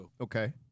Okay